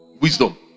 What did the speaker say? Wisdom